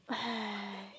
!haiya!